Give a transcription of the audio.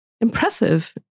impressive